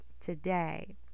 today